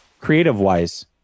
creative-wise